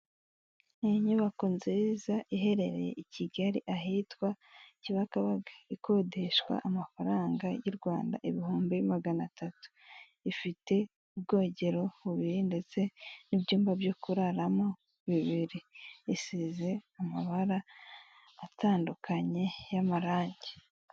Inyubako nziza iherereye i kigali ahitwa kibagabaga ikodeshwa amafaranga y'U Rwanda ibihumbi magana atatu, ifite ubwogero bubiri ndetse n'ibyumba byo kurararamo bibiri isize amabara atandukanye y'amarange